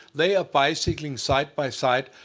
they are bicycling side by side.